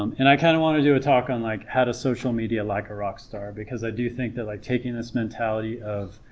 um and i kind of want to do a talk on like how to social media like a rock star because i do think that like taking this mentality of